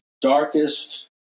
darkest